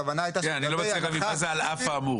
הכוונה הייתה שהסיוע יכול להיות רק טכני.